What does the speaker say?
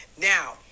now